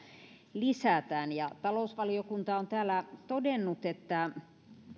lisätään talousvaliokunta on täällä todennut että